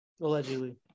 allegedly